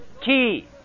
key